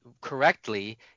correctly